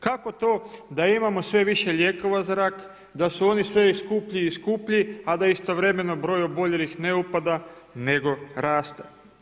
Kako to da imamo sve više lijekova za rak, da su oni sve skuplji i skuplji a da istovremeno broj oboljelih ne opada nego raste.